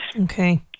Okay